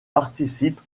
participe